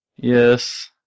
Yes